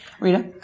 Rita